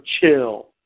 chill